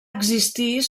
existir